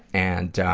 and,